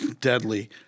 deadly